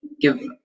give